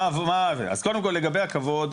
אז קודם כל לגבי הכבוד,